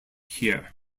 here